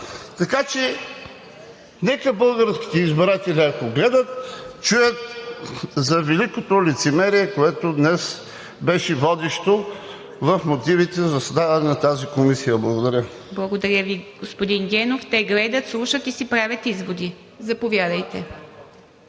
Така че нека българските избиратели, ако гледат, чуят за великото лицемерие, което днес беше водещо в мотивите за създаване на тази комисия. Благодаря. ПРЕДСЕДАТЕЛ ИВА МИТЕВА: Благодаря Ви, господин Генов. Те гледат, слушат и си правят изводи. Заповядайте.